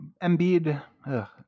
Embiid